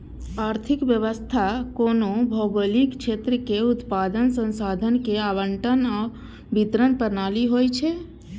आर्थिक व्यवस्था कोनो भौगोलिक क्षेत्र मे उत्पादन, संसाधन के आवंटन आ वितरण प्रणाली होइ छै